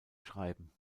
schreiben